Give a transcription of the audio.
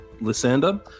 Lysander